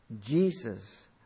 Jesus